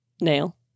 nail